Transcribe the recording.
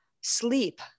sleep